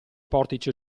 portici